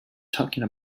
talking